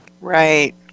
Right